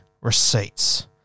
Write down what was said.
receipts